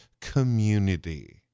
community